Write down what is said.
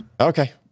Okay